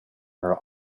her